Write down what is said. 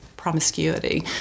promiscuity